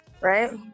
right